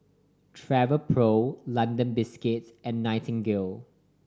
Travelpro London Biscuits and Nightingale